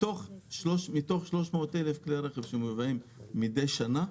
מתוך 300,000 כלי רכב שמובאים מדי שנה,